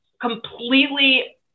completely